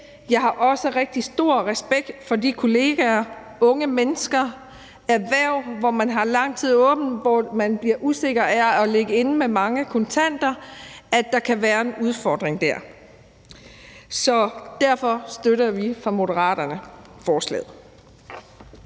jeg har også rigtig stor respekt for, at der for de kollegaer, unge mennesker og erhverv, hvor man har åbent lang tid, og hvor man bliver usikker af at ligge inde med mange kontanter, kan være en udfordring der. Så derfor støtter vi fra Moderaterne forslaget.